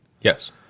Yes